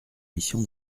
mission